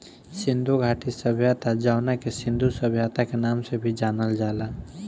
सिंधु घाटी सभ्यता जवना के सिंधु सभ्यता के नाम से भी जानल जाला